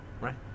right